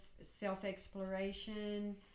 self-exploration